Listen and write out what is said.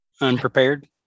unprepared